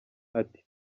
ati